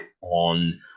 on